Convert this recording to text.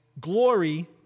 glory